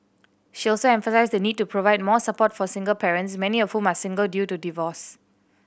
she also emphasised the need to provide more support for single parents many of whom are single due to divorce